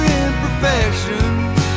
imperfections